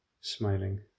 smiling